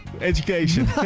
education